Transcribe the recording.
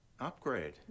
Upgrade